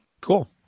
Cool